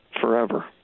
forever